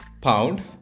pound